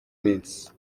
minsi